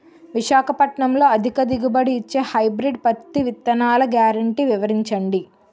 విశాఖపట్నంలో అధిక దిగుబడి ఇచ్చే హైబ్రిడ్ పత్తి విత్తనాలు గ్యారంటీ వివరించండి?